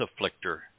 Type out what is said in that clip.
afflictor